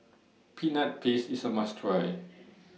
Peanut Paste IS A must Try